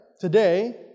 today